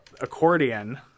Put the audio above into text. accordion